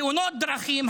תאונות דרכים,